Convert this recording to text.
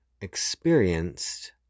experienced